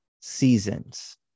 seasons